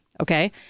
Okay